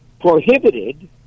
prohibited